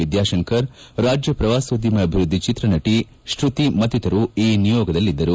ವಿದ್ಯಾಶಂಕರ್ ರಾಜ್ಯ ಪ್ರವಾಸೋದ್ಯಮ ಅಭಿವೃದ್ಧಿ ಚೆತ್ರನಟಿ ಶೃತಿ ಮತ್ತಿತರರು ಈ ನಿಯೋಗದಲ್ಲಿದ್ದರು